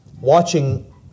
watching